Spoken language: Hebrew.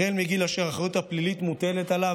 החל מהגיל אשר האחריות הפלילית מוטלת עליו,